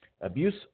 Abuse